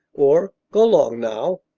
or go long naow.